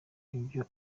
ibyo